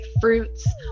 fruits